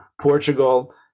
Portugal